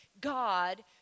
God